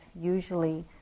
usually